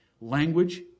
language